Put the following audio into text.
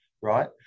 right